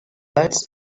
bites